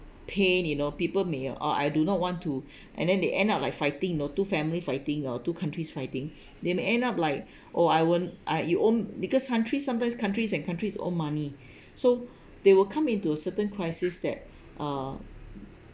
pain you know people may oo oh I do not want to and then they end up like fighting you know two family fighting oh two countries fighting they may end up like oh I won't ah you own because countries sometimes countries and countries own money so they will come into a certain crisis that uh